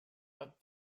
but